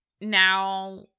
now